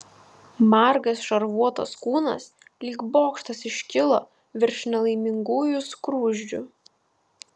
margas šarvuotas kūnas lyg bokštas iškilo virš nelaimingųjų skruzdžių